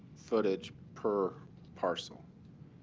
footage per parcel,